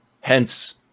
Hence